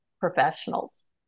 professionals